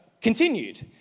continued